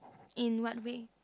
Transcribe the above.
in what way